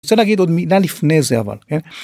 אני רוצה להגיד עוד מילה לפני זה אבל.